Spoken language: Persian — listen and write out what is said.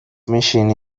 میشینی